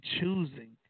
choosing